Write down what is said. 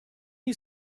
you